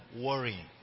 worrying